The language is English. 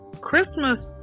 Christmas